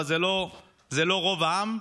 אבל זה לא רוב העם.